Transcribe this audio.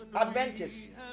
Adventist